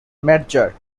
metzger